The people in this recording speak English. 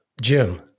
Jim